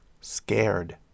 Scared